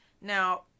Now